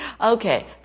Okay